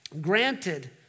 granted